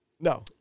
No